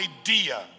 idea